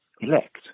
elect